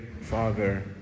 Father